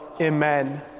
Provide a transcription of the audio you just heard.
Amen